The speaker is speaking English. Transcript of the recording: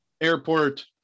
airport